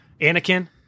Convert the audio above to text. Anakin